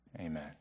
amen